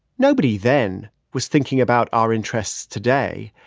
nobody then was thinking about our interests today.